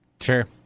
Sure